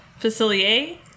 Facilier